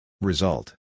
Result